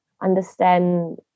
understand